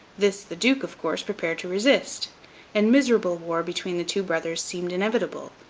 this, the duke, of course, prepared to resist and miserable war between the two brothers seemed inevitable,